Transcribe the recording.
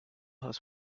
has